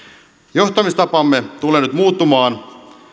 johtamistapamme tulee nyt muuttumaan